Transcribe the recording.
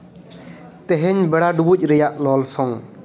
ᱛᱮᱦᱮᱧ ᱵᱮᱲᱟ ᱰᱩᱵᱩᱡ ᱨᱮᱭᱟᱜ ᱞᱚᱞᱚᱥᱚᱝ